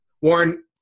Warren